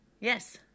Yes